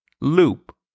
loop